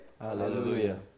Hallelujah